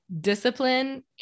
discipline